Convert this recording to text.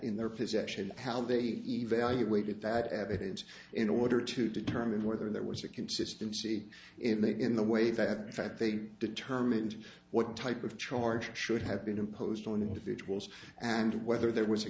in their possession how they evaluated that evidence in order to determine whether there was a consistency in the in the way that in fact they determined what type of charges should have been imposed on individuals and whether there was a